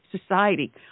society